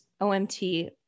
OMT